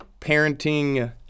parenting